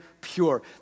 pure